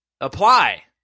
Apply